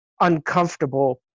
uncomfortable